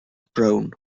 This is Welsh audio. brown